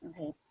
Okay